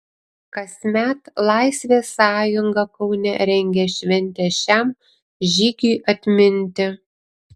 kasmet laisvės sąjunga kaune rengia šventę šiam žygiui atminti